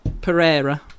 Pereira